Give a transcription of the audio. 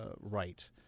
right